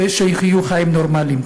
שיחיו חיים נורמליים.